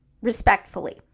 Respectfully